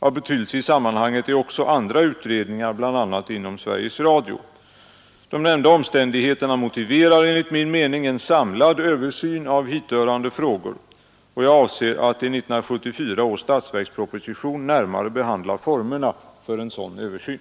Av betydelse i sammanhanget är också andra utredningar, bl.a. inom Sveriges Radio. De nämnda omständigheterna motiverar enligt min mening en samlad översyn av hithörande frågor. Jag avser att i 1974 års statsverksproposition närmare behandla formerna för en sådan översyn.